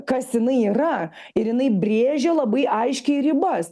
kas jinai yra ir jinai brėžia labai aiškiai ribas